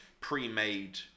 pre-made